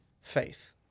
faith